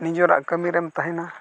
ᱱᱤᱡᱮᱨᱟᱜ ᱠᱟᱹᱢᱤ ᱨᱮᱢ ᱛᱟᱦᱮᱱᱟ